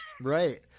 Right